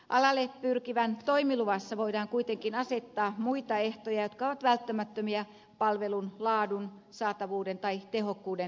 alalle pyrkivän toimiluvassa voidaan kuitenkin asettaa muita ehtoja jotka ovat välttämättömiä palvelun laadun saatavuuden tai tehokkuuden turvaamiseksi